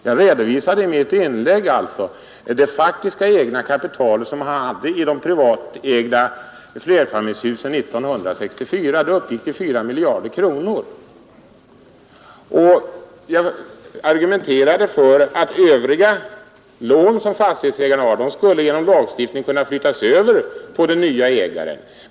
Jag redovisade i mitt inlägg det faktiska kapital som privatägda flerfamiljshus år 1964 representerade, nämligen fyra miljarder kronor, och argumenterade för att de lån som fastighetsägarna har på dessa fastigheter genom lagstiftning skulle flyttas över på den nye ägaren.